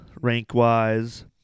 rank-wise